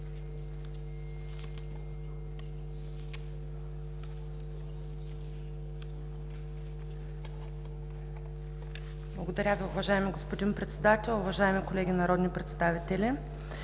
Благодаря Ви, уважаеми господин Председател. Уважаеми колеги народни представители,